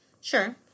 Sure